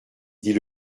dit